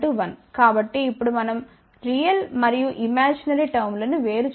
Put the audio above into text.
కాబట్టి ఇప్పుడు మనం రియల్ మరియు ఇమాజినరీ టర్మ్ లను వేరు చేయవచ్చు